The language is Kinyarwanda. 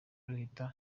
ruhita